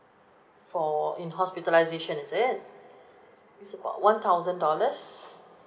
for in hospitalisation is it it's about one thousand dollars